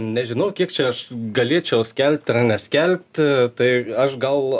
nežinau kiek čia aš galėčiau skelbt ar neskelbt tai aš gal